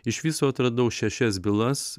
iš viso atradau šešias bylas